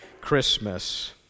Christmas